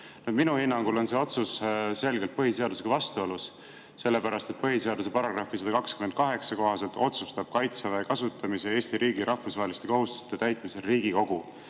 Minu hinnangul on see otsus selgelt põhiseadusega vastuolus, sellepärast et põhiseaduse § 128 kohaselt otsustab Kaitseväe kasutamise Eesti riigi rahvusvaheliste kohustuste täitmisel Riigikogu,